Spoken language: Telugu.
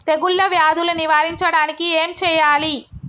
తెగుళ్ళ వ్యాధులు నివారించడానికి ఏం చేయాలి?